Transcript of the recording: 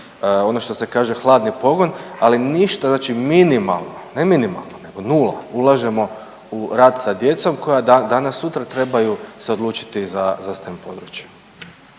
ono što se kaže hladni pogon, ali ništa znači minimalno, ne minimalno nego nula ulažemo u rad sa djecom koja danas sutra trebaju se odlučiti za STEM područje.